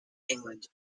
england